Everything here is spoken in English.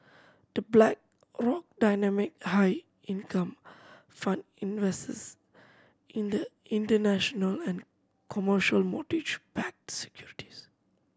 The Blackrock Dynamic High Income Fund invests in the international and commercial mortgage backed securities